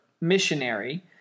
missionary